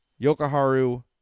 Yokoharu